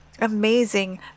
amazing